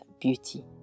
beauty